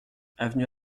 avenue